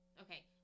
okay